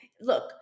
look